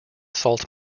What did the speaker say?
salt